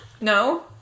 no